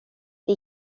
det